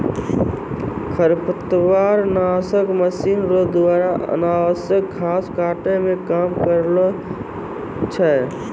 खरपतवार नासक मशीन रो द्वारा अनावश्यक घास काटै मे काम करै छै